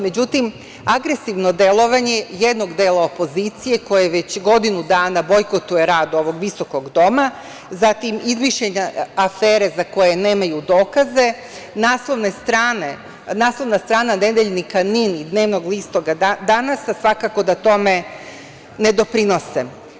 Međutim, agresivno delovanje jednog dela opozicije, koji već godinu dana bojkotuje rad ovog visokog doma, zatim izmišljene afere za koje nemaju dokaze, naslovna strana Nedeljnika NIN, dnevnog lista „Danas“ svakako da tome ne doprinose.